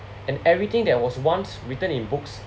and everything that was once written in books